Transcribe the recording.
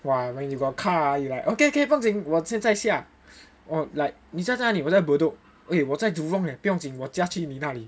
!wah! when you got car ah you like okay okay 不用经我现在下你在哪里我在 Bedok !oi! 我在 Jurong leh 不用紧我下去你哪里